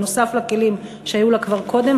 נוסף על הכלים שהיו לה כבר קודם,